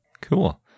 Cool